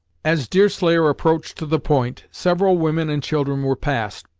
as deerslayer approached the point, several women and children were passed,